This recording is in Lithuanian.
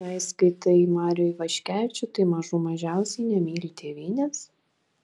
jei skaitai marių ivaškevičių tai mažų mažiausiai nemyli tėvynės